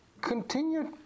continued